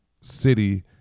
city